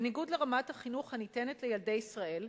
בניגוד לרמת החינוך הניתנת לילדי ישראל,